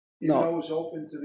No